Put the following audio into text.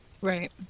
right